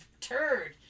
turd